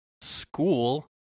school